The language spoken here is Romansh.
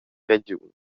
regiun